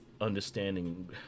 understanding